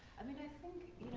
i mean, i think,